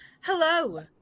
Hello